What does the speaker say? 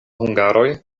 hungaroj